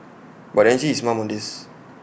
but the agency is mum on this